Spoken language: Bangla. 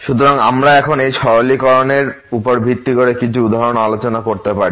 সুতরাং এখন আমরা এই সরলীকরণের উপর ভিত্তি করে কিছু উদাহরণ আলোচনা করতে পারি